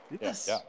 Yes